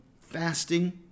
fasting